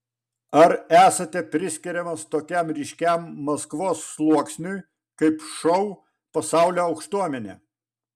ar esate priskiriamas tokiam ryškiam maskvos sluoksniui kaip šou pasaulio aukštuomenė